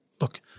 Look